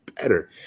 better